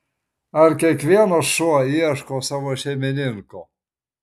ar kiekvienas šuo ieško savo šeimininko